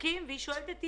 היא שאלה: